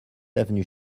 avenue